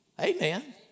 Amen